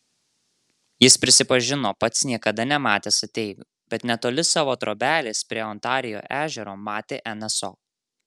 jis prisipažino pats niekada nematęs ateivių bet netoli savo trobelės prie ontarijo ežero matė nso